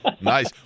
Nice